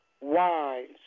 wise